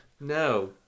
No